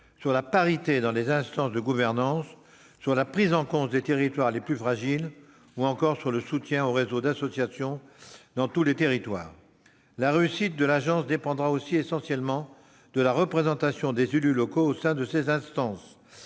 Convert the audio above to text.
de la parité dans les instances de gouvernance, de la prise en compte des territoires les plus fragiles ou encore du soutien au réseau d'associations dans tous les territoires. La réussite de l'agence dépendra essentiellement de la représentation des élus locaux au sein de ses instances.